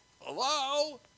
hello